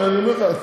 אני אומר לך.